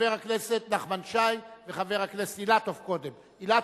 חבר הכנסת נחמן שי, וחבר הכנסת אילטוב קודם.